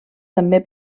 també